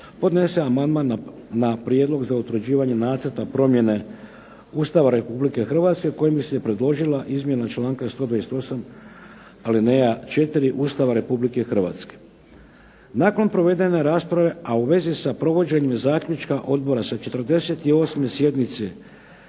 podnese amandman na prijedlog za utvrđivanje nacrta promjene Ustava Republike Hrvatske kojim bi se predložila izmjena članka 128. alineja 4 Ustava Republike Hrvatske. Nakon provedene rasprave, a vezi sa provođenjem zaključka odbora sa 48. sjednice